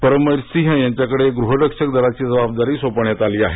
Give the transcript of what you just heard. परमवीर सिंह यांच्याकडे गृह रक्षक दलाची जबाबदारी सोपवण्यात आली आहे